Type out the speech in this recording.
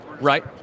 right